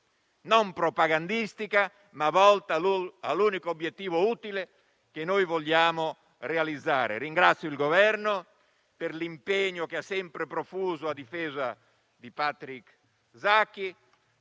non propagandistica, ma volta all'unico obiettivo utile che vogliamo realizzare. Ringrazio il Governo per l'impegno che ha sempre profuso a difesa di Patrick Zaki;